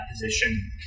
position